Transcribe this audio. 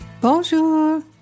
Bonjour